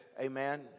Amen